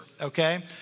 okay